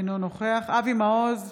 אינו נוכח אבי מעוז,